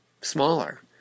smaller